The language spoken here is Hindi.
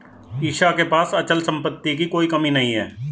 ईशा के पास अचल संपत्ति की कोई कमी नहीं है